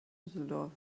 düsseldorf